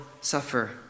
suffer